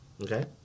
okay